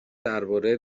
درباره